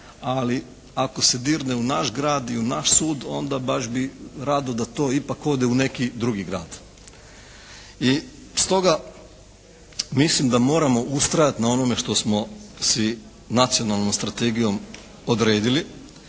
ali ako se dirne u naš grad i u naš sud onda baš bi rado da to ipak ode u neki drugi grad. I stoga mislim da moramo ustrajati na onome što smo si nacionalnom strategijom odredili,